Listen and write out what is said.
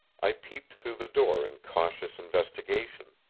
i peeped through the door in cautious investigation.